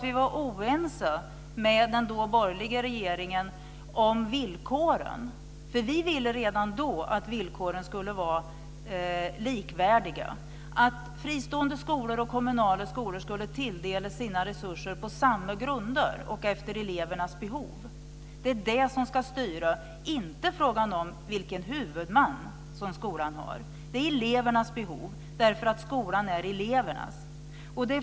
Vi var oense med den då borgerliga regeringen om villkoren. Vi ville redan då att villkoren skulle vara likvärdiga. Fristående skolor och kommunala skolor skulle tilldelas sina resurser på samma grunder och efter elevernas behov. Det är det som ska styra, inte frågan om vilken huvudman som skolan har. Det gäller elevernas behov, därför att skolan är elevernas.